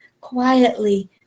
quietly